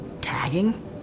Tagging